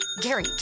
gary